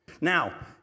Now